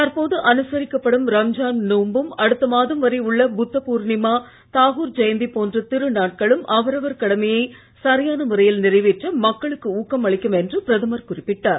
தற்போது அனுசரிக்கப்படும் ரம்ஜான் நோன்பும் அடுத்த மாதம் வர உள்ள புத்த பூர்ணிமா தாகூர் ஜெயந்தி போன்ற திருநாட்களும் அவரவர் கடமையை சரியான முறையில் நிறைவேற்ற மக்களுக்கு ஊக்கம் அளிக்கும் என்று பிரதமர் குறிப்பிட்டார்